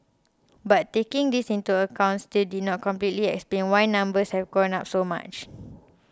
but taking this into account still did not completely explain why numbers have gone up so much